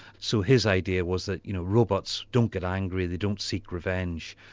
so his idea was that you know robots don't get angry, they don't seek revenge.